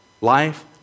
life